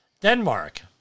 Denmark